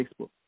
Facebook